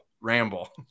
ramble